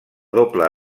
doble